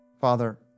Father